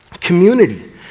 Community